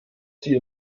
sie